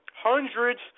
hundreds